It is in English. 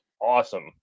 awesome